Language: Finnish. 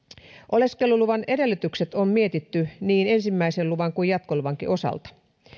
oleskeluluvan edellytykset on mietitty niin ensimmäisen luvan kuin jatkoluvankin osalta